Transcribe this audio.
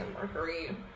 Mercury